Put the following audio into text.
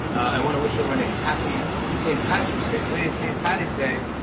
i want to wish everyone a happy st. patrick's day. today is st. paddy's day,